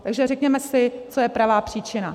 Takže řekněme si, co je pravá příčina.